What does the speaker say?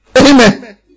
Amen